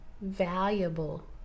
valuable